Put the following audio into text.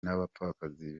n’abapfakazi